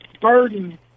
burden